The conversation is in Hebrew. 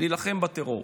להילחם בטרור